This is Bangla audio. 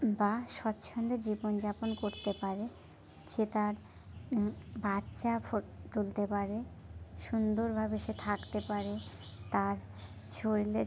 বা স্বচ্ছন্দে জীবন যাপন করতে পারে সে তার বাচ্চা তুলতে পারে সুন্দর ভাবে সে থাকতে পারে তার শরীরে